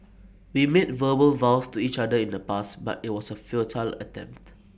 we made verbal vows to each other in the past but IT was A futile attempt